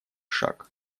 шаг